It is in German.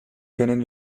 können